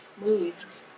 moved